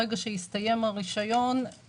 ברגע שהסתיים הרישיון צריך לטפל בו מחדש.